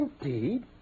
Indeed